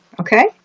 okay